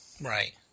Right